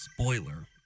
Spoiler